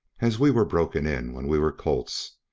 as we were broken in when we were colts,